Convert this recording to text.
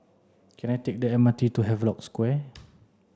can I take the M R T to Havelock Square